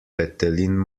petelin